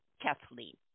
Kathleen